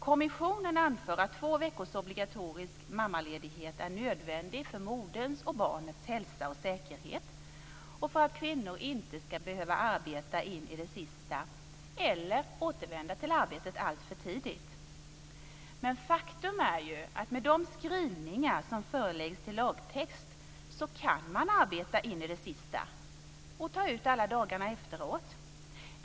Kommissionen anför att två veckors obligatorisk mammaledighet är nödvändigt för moderns och barnets hälsa och säkerhet och för att kvinnor inte ska tvingas att arbeta in i det sista eller återvända till arbetet alltför tidigt. Men faktum är ju att med de skrivningar som föreläggs till lagtext kan man arbeta in i det sista och ta ut alla dagarna efteråt.